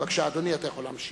בבקשה, אדוני, אתה יכול להמשיך.